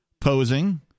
posing